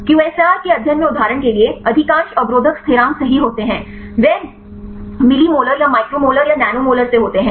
QSAR के अध्ययन में उदाहरण के लिए अधिकांश अवरोधक स्थिरांक सही होते हैं वे मिलीली मोलर या माइक्रो मोलर या नैनो मोलर से होते हैं